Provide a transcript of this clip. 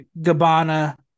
Gabbana